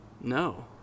No